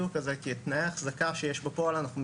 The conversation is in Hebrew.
או כזה כי תנאי החזקה שיש בפועל אנחנו מכירים.